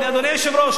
אדוני היושב-ראש,